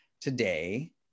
Today